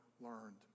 learned